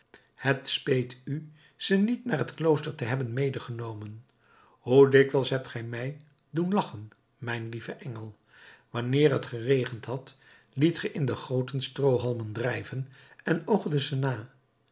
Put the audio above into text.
het speet u ze niet naar het klooster te hebben medegenomen hoe dikwijls hebt gij mij doen lachen mijn lieve engel wanneer het geregend had liet ge in de goten stroohalmen drijven en oogdet ze na